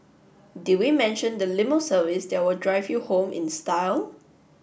did we mention the limo service that will drive you home in style